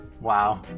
wow